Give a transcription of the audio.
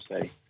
say